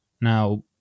now